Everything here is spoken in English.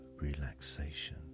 relaxation